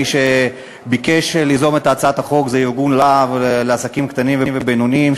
מי שביקש ליזום את הצעת החוק זה ארגון "להב" לעסקים קטנים ובינוניים,